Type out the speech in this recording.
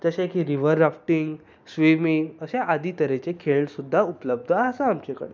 जशे की river rafting swimming अशे आदी तरेचे खेळ सुद्दां उपलब्द आसा आमचे कडेन